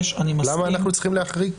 למה אנחנו צריכים להחריג פה?